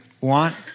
want